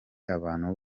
abantu